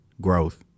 growth